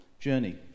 journey